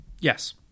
yes